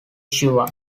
shiva